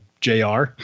JR